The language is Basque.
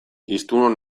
hiztunon